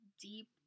deep